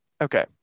Okay